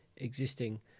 existing